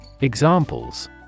Examples